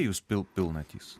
jus pilnatys